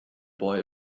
boy